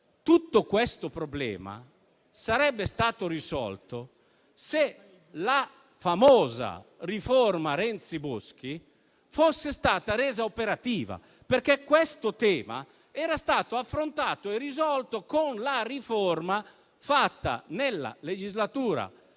Tutto questo problema, però, sarebbe stato risolto se la famosa riforma Renzi-Boschi fosse stata resa operativa, perché questo tema era stato affrontato e risolto con la riforma approvata due legislature